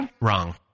wrong